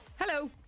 Hello